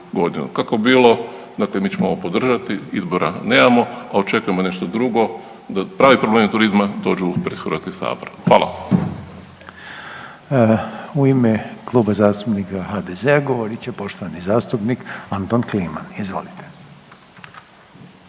Kako bilo dakle mi ćemo ovo podržati, izbora nemamo, a očekujemo nešto drugo da pravi problemi turizma dođu pred Hrvatski sabor. Hvala vam. **Reiner, Željko (HDZ)** U ime Kluba zastupnika HDZ-a govorit će poštovani zastupnik Anton Kliman, izvolite.